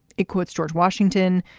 it quotes george washington.